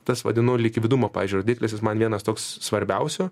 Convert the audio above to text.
tas vadinu likvidumo pavyzdžiui rodiklis jis man vienas toks svarbiausių